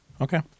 Okay